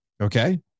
Okay